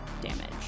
damage